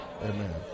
Amen